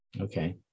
Okay